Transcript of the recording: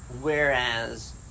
whereas